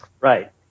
right